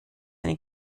eine